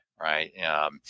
right